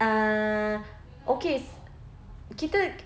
ah okay kita